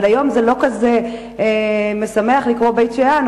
אבל היום זה לא כזה משמח לקרוא בית-שאן,